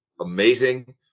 amazing